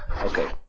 Okay